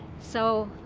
so,